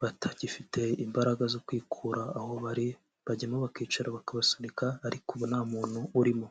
batagifite imbaraga zo kwikura aho bari, bajyamo bakicara, bakabasunika ariko ubu nta muntu urimo.